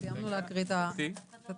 סיימנו להקריא את התקנות.